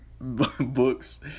books